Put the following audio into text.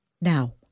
Now